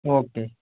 okay